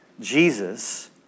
Jesus